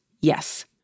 yes